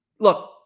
Look